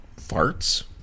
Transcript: farts